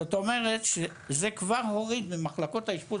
זאת אומרת שזה כבר הוריד במחלקות האשפוז